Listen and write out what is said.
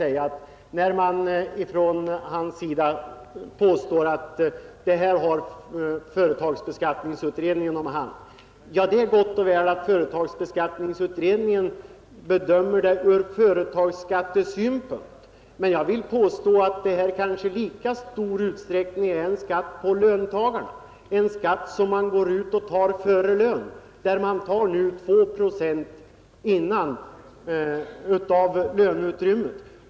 Herr Wärnberg påstod att företagsbeskattningsutredningen har denna fråga om hand, och det är ju gott och väl att man där bedömer frågan ur företagsskattesynpunkt. Men jag vill påstå att detta i kanske lika stor utsträckning är en skatt på löntagarna, och en skatt som tas ut innan lönen utbetalas. Man tar 2 procent på lönen.